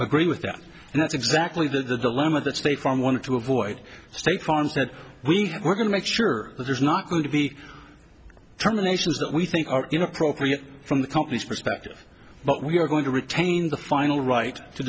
agree with that and that's exactly the dilemma that state farm wanted to avoid state farm's that we were going to make sure that there's not going to be terminations that we think are inappropriate from the company's perspective but we are going to retain the final right to